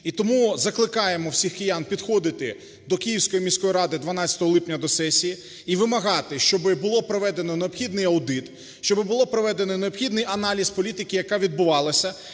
І тому закликаємо всіх киян підходити до Київської міської ради 12 липня до сесії і вимагати, щоб було проведено необхідний аудит, щоб було проведено необхідний аналіз політики, яка відбувалася,